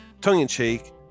tongue-in-cheek